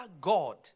God